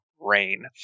Rain